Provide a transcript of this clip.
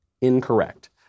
incorrect